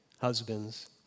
husbands